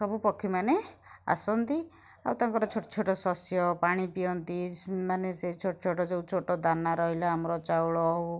ସବୁ ପକ୍ଷୀମାନେ ଆସନ୍ତି ଆଉ ତାଙ୍କର ଛୋଟ ଛୋଟ ଶସ୍ୟ ପାଣି ପିଅନ୍ତି ମାନେ ସେ ଛୋଟ ଛୋଟ ଯେଉଁ ଛୋଟ ଦାନା ରହିଲା ଆମର ଚାଉଳ ହେଉ